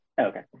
okay